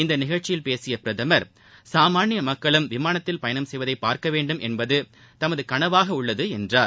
இந்த நிகழ்ச்சியில் பேசிய பிரதமர் சாமான்ய மக்களும் விமானத்தில் பயணம் செய்வதை பார்க்க வேண்டும் என்பது தமது கனவாக உள்ளது என்றார்